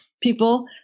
people